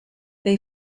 they